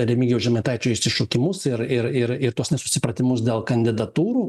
remigijaus žemaitaičio išsišokimus ir ir ir ir tuos nesusipratimus dėl kandidatūrų